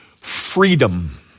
Freedom